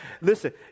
listen